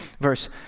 verse